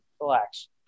Relax